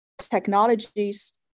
technologies